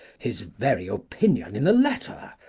his very opinion in the letter!